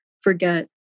forget